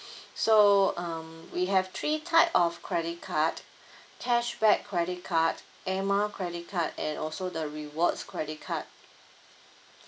so um we have three type of credit card cashback credit card air mile credit card and also the rewards credit card